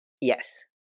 Yes